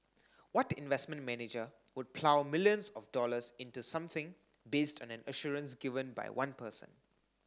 what investment manager would plough millions of dollars into something based on an assurance given by one person